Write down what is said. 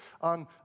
on